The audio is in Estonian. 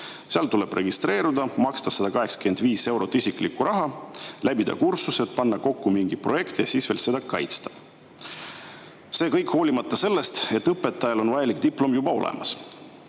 Seal tuleb registreeruda, maksta 185 eurot isiklikku raha, läbida kursused, panna kokku mingi projekt ja siis veel seda kaitsta. Seda kõike hoolimata sellest, et õpetajal on vajalik diplom juba olemas.